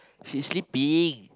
she sleeping